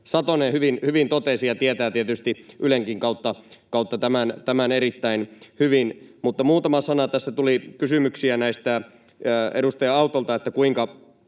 Satonen hyvin totesi ja tietää tietysti Ylenkin kautta tämän erittäin hyvin. Mutta muutama sana — tässä tuli kysymyksiä edustaja Autolta, kuinka